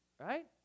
right